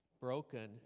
broken